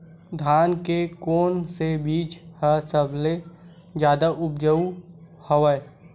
धान के कोन से बीज ह सबले जादा ऊपजाऊ हवय?